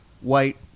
white